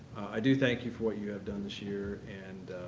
i do thank you for what you have done this year and